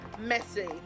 messy